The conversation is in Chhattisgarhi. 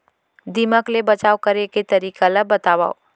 दीमक ले बचाव करे के तरीका ला बतावव?